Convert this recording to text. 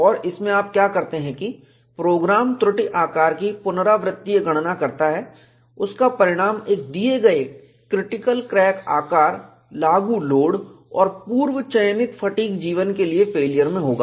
और इसमें आप क्या करते हैं कि प्रोग्राम त्रुटि आकार की पुनरावृत्तीय गणना करता है उसका परिणाम एक दिए गए क्रिटिकल क्रैक आकार लागू लोड और पूर्व चयनित फटीग जीवन के लिए फेलियर में होगा